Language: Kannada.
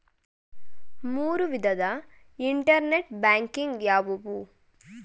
ಮೂರು ವಿಧದ ಇಂಟರ್ನೆಟ್ ಬ್ಯಾಂಕಿಂಗ್ ಯಾವುವು?